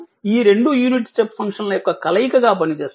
ఈ రెండు unit step ఫంక్షన్ల యొక్క కలయిక గా పనిచేస్తుంది